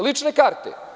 Lične karte.